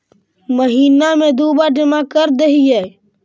महिना मे दु बार जमा करदेहिय?